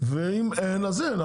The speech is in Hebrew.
ואם אין אז אין,